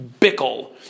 Bickle